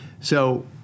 So-